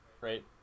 right